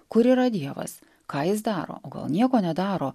kur yra dievas ką jis daro nieko nedaro